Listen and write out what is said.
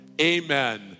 Amen